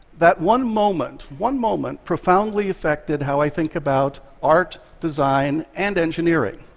that one moment one moment profoundly affected how i think about art, design and engineering.